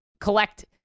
collect